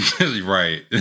Right